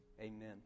amen